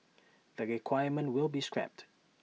the requirement will be scrapped